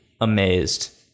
amazed